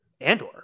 Andor